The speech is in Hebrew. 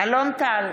אלון טל,